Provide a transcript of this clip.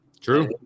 True